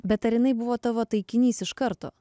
bet ar jinai buvo tavo taikinys iš karto